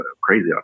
crazy